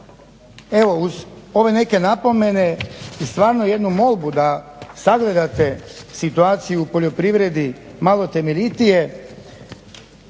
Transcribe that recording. Evo, uz ove neke napomene i stvarno jednu molbu da sagledate situaciju u poljoprivredi malo temeljitije